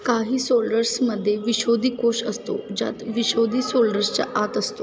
काही सोलल्डर्समध्ये विश्वदी कोश असतो ज्यात विश्वदी सोल्डर्सच्या आत असतो